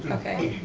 and okay,